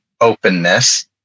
openness